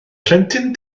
plentyn